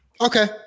Okay